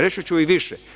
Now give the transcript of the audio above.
Reći ću i više.